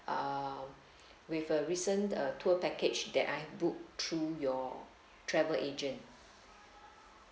um with a recent uh tour package that I booked through your travel agent